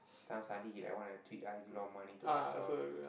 now suddenly he like wanna treat us give a lot of money to us all